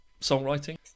songwriting